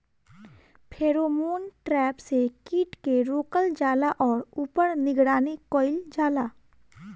Pheromone trap से कीट के रोकल जाला और ऊपर निगरानी कइल जाला?